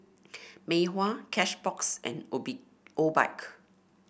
Mei Hua Cashbox and Obi Obike